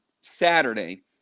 Saturday